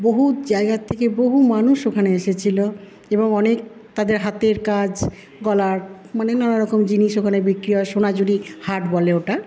বহু জায়গার থেকে বহু মানুষ ওখানে এসেছিলো এবং অনেক তাদের হাতের কাজ গলার মানে নানারকম জিনিস ওখানে বিক্রি হয় সোনাঝুরির হাট বলে ওটা